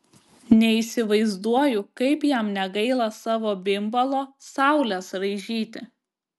neįsivaizduoju kaip jam negaila savo bimbalo saules raižyti